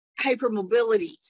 hypermobility